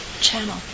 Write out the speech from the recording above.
channel